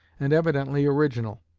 and evidently original.